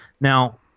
Now